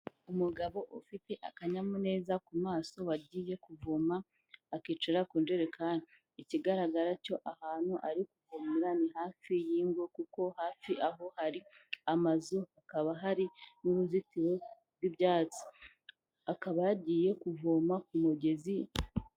Umugabo ufite akanyamuneza ku maso wagiye kuvoma, akicara ku njerekani, ikigaragara cyo ahantu ari kuvomera ni hafi y'ingo, kuko hafi aho hari amazu, hakaba hari n'uruzitiro rw'ibyatsi, akaba yagiye kuvoma ku mugezi...